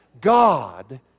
God